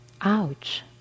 Ouch